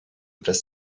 place